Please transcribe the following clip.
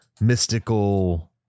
mystical